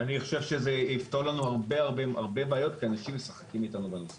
אני חושב שזה יפתור לנו הרבה בעיות כי אנשים משחקים אתנו בנושא הזה.